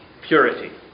purity